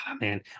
man